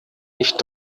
nicht